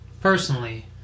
personally